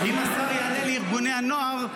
אם השר יענה לארגוני הנוער,